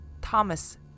Thomas